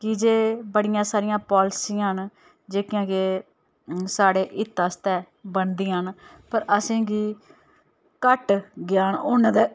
की जे बड़ियां सारियां पालिसियां न जेह्कियां के साढ़े हित आस्तै बनदियां न पर असेंगी घट्ट ज्ञान होने दे